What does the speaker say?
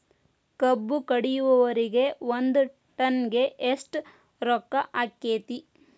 ಕಬ್ಬು ಕಡಿಯುವರಿಗೆ ಒಂದ್ ಟನ್ ಗೆ ಎಷ್ಟ್ ರೊಕ್ಕ ಆಕ್ಕೆತಿ?